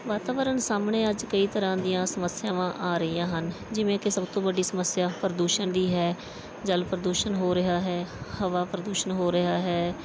ਵਾਤਾਵਰਣ ਸਾਹਮਣੇ ਅੱਜ ਕਈ ਤਰ੍ਹਾਂ ਦੀਆਂ ਸਮੱਸਿਆਵਾਂ ਆ ਰਹੀਆਂ ਹਨ ਜਿਵੇਂ ਕਿ ਸਭ ਤੋਂ ਵੱਡੀ ਸਮੱਸਿਆ ਪ੍ਰਦੂਸ਼ਣ ਦੀ ਹੈ ਜਲ ਪ੍ਰਦੂਸ਼ਣ ਹੋ ਰਿਹਾ ਹੈ ਹਵਾ ਪ੍ਰਦੂਸ਼ਣ ਹੋ ਰਿਹਾ ਹੈ